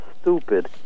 stupid